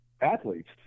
athletes